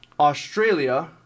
Australia